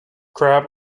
crab